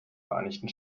vereinigten